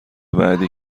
بعدی